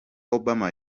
obama